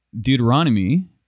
Deuteronomy